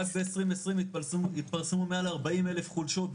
רק ב-2020 התפרסמו מעל 40 אלף חולשות,